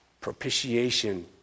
Propitiation